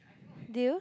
deal